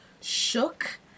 shook